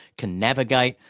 can navigate,